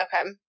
Okay